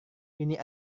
ini